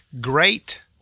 Great